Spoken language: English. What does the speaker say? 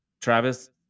Travis